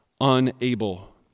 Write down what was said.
unable